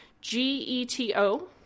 G-E-T-O